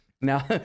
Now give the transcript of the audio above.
now